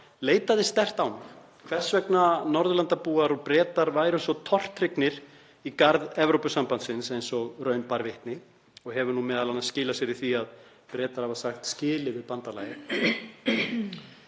leitaði sterkt á mig; hvers vegna Norðurlandabúar og Bretar væru svo tortryggnir í garð Evrópusambandsins eins og raun bar vitni og hefur nú m.a. skilað sér í því að Bretar hafa sagt skilið við bandalagið.